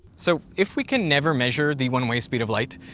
so if we can never measure the one-way speed of light,